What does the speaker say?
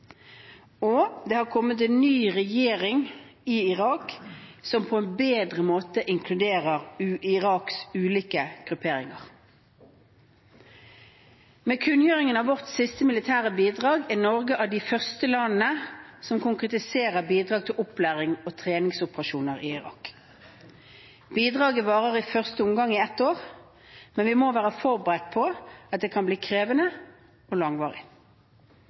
Det har kommet en ny regjering i Irak som på en bedre måte inkluderer Iraks ulike grupperinger. Med kunngjøringen av vårt siste militære bidrag er Norge et av de første landene som konkretiserer bidrag til opplærings- og treningsoperasjoner i Irak. Bidraget varer i første omgang i ett år, men vi må være forberedt på at det kan bli krevende og langvarig.